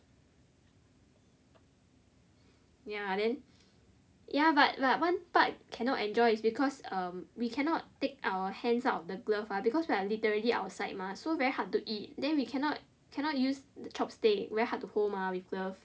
ya then ya but but one part cannot enjoy is because um we cannot take our hands out of the gloves ah because we are literally outside mah so very hard to eat then we cannot cannot use chopsticks very hard to hold mah with gloves